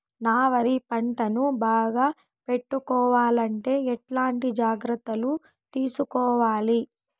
నా వరి పంటను బాగా పెట్టుకోవాలంటే ఎట్లాంటి జాగ్రత్త లు తీసుకోవాలి?